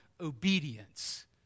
obedience